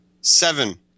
Seven